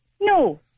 No